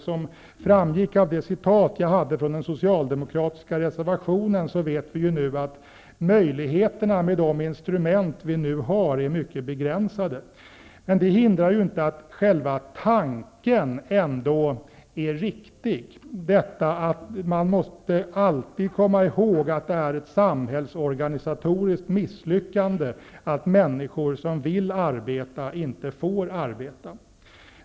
Som framgick av det citat från den socialdemokratiska reservationen som jag anförde är möjligheterna att göra detta med de instrument som vi nu har begränsade. Men det hindrar inte att det är en riktig tanke att det alltid är ett samhällsorganisatoriskt misslyckande att människor som vill arbeta inte får göra det.